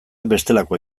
bestelakoa